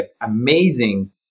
amazing